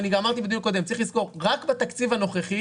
אני גם אמרתי בדיון הקודם שצריך לזכור שרק בתקציב הנוכחי